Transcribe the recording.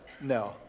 No